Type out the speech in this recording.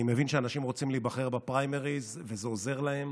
אני מבין שאנשים רוצים להיבחר בפריימריז וזה עוזר להם